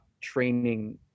training